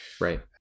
Right